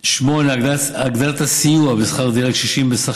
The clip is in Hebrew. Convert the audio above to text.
8. הגדלת הסיוע בשכר דירה לקשישים בסך